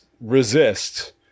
resist